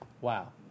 Wow